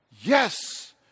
Yes